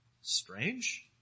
Strange